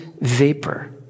vapor